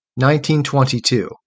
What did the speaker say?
1922